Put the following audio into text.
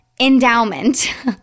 endowment